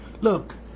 look